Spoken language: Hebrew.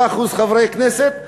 10% מחברי כנסת?